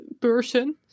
person